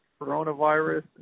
coronavirus